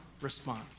response